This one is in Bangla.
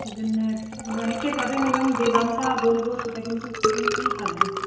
ওই জন্যে মানে অনেকটাই পাবেন এবং যে দামটা বলবো সেটা কিন্তু শিপিং ফ্রিই থাকবে